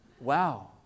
Wow